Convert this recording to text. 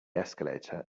escalator